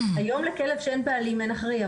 היום לכלב שאין בעלים אין אחראי,